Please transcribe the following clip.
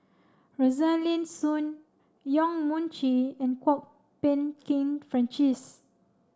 Rosaline Soon Yong Mun Chee and Kwok Peng Kin Francis